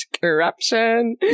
Corruption